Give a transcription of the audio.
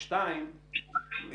שניים,